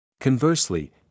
conversely